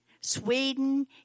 Sweden